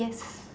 yes